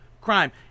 crime